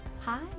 Hi